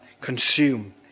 consume